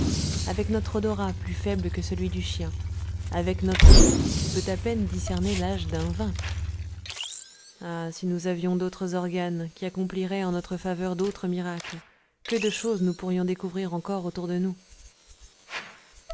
avec notre odorat plus faible que celui du chien avec notre goût qui peut à peine discerner l'âge d'un vin ah si nous avions d'autres organes qui accompliraient en notre faveur d'autres miracles que de choses nous pourrions découvrir encore autour de nous